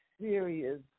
serious